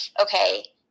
okay